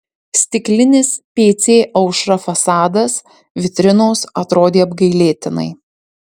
stiklinis pc aušra fasadas vitrinos atrodė apgailėtinai